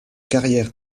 carrière